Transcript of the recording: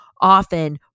often